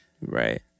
right